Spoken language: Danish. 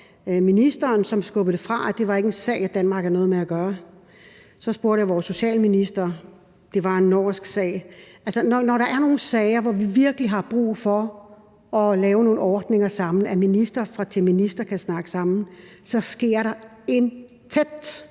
ministeren, som skubbede det fra sig ved at sige, at det ikke var en sag, Danmark havde noget med at gøre. Så spurgte jeg vores socialminister, som sagde, at det var en norsk sag. Altså, i sager, hvor vi virkelig har brug for at lave nogle ordninger sammen, og hvor man som ministre kan snakke sammen, så sker der intet.